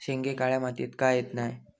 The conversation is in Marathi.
शेंगे काळ्या मातीयेत का येत नाय?